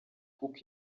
kuko